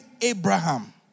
Abraham